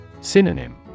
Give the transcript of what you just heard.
Synonym